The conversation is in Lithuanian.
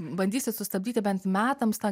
bandysit sustabdyti bent metams tą